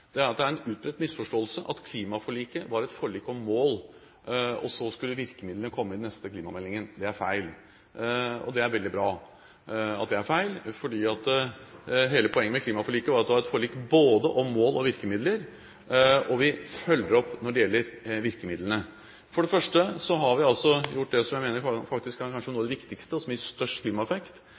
at det er en utbredt misforståelse at klimaforliket var et forlik om mål, og så skulle virkemidlene komme i den neste klimameldingen. Det er feil, og det er veldig bra at det er feil, for hele poenget med klimaforliket var at det var et forlik både om mål og om virkemidler, og vi følger opp når det gjelder virkemidlene. For det første har vi gjort det som jeg mener kanskje er noe av det viktigste, og som gir størst klimaeffekt,